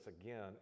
again